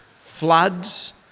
floods